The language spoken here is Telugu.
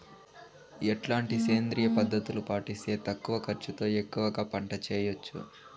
ఎట్లాంటి సేంద్రియ పద్ధతులు పాటిస్తే తక్కువ ఖర్చు తో ఎక్కువగా పంట చేయొచ్చు?